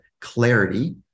clarity